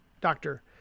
Doctor